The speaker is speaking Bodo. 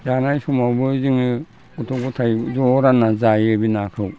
जानाय समावबो जोङो गथ' गथाय ज' रानना जायो बे नाखौ